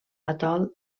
atol